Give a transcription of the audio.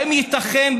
האם ייתכן,